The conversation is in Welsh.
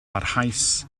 barhaus